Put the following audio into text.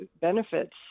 benefits